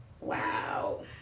wow